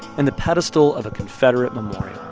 and the pedestal of a confederate memorial.